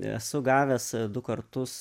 esu gavęs du kartus